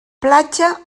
platja